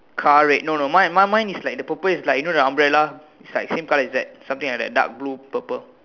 car red no no mine mine mine is like the purple is like you know the umbrella is like same colour as that something like that dark blue purple